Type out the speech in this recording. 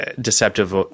deceptive